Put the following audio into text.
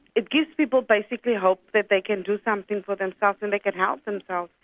it gives people basically hope that they can do something for themselves and they can help themselves.